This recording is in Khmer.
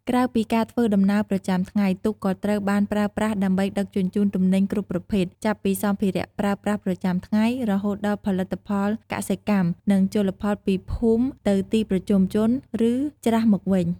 ក្រៅពីការធ្វើដំណើរប្រចាំថ្ងៃ ទូកក៏ត្រូវបានប្រើប្រាស់ដើម្បីដឹកជញ្ជូនទំនិញគ្រប់ប្រភេទ ចាប់ពីសម្ភារៈប្រើប្រាស់ប្រចាំថ្ងៃ រហូតដល់ផលិតផលកសិកម្ម និងជលផលពីភូមិទៅទីប្រជុំជន ឬច្រាសមកវិញ។